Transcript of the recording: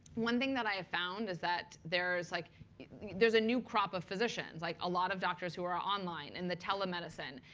one thing that i have found is that there's like a a new crop of physicians, like a lot of doctors who are online and the telemedicine.